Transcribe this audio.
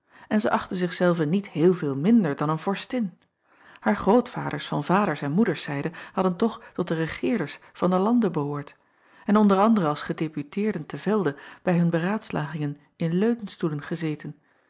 en zij achtte zich zelve niet heel veel minder dan een orstin haar grootvaders van vaders en moeders zijde hadden toch tot de egeerders van den lande behoord en onder anderen als edeputeerden te velde bij hun beraadslagingen in leunstoelen gezeten